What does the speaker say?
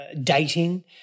dating –